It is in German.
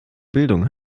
bildung